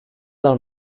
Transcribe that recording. del